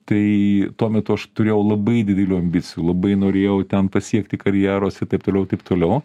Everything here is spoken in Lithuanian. tai tuo metu aš turėjau labai didelių ambicijų labai norėjau ten pasiekti karjeros ir taip toliau ir taip toliau